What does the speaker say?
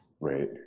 Right